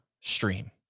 stream